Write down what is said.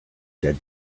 dead